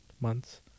months